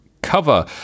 cover